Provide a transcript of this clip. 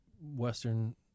Western